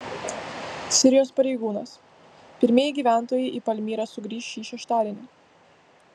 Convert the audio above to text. sirijos pareigūnas pirmieji gyventojai į palmyrą sugrįš šį šeštadienį